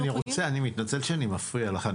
סליחה שאני מפריע לך.